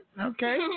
Okay